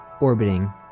orbiting